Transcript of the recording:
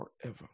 forever